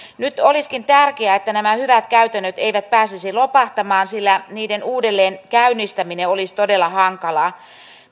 nyt olisikin tärkeää että nämä hyvät käytännöt eivät pääsisi lopahtamaan sillä niiden uudelleenkäynnistäminen olisi todella hankalaa